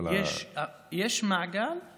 יש מעגל שמתחבר יחד.